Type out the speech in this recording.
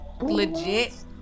legit